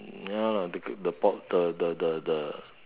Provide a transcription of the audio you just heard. ya lah they report the the